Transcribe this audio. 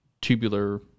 tubular